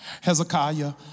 Hezekiah